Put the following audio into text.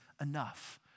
enough